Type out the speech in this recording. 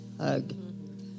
hug